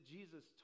Jesus